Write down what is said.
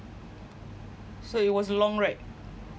so it was long ride